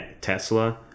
Tesla